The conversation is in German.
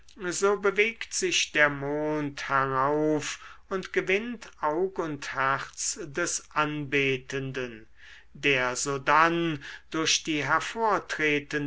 so bewegt sich der mond herauf und gewinnt aug und herz des anbetenden der sodann durch die